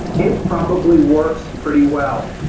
it probably works pretty well.